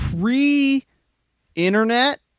pre-internet